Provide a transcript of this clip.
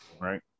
Right